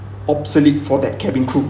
obsolete for that cabin crew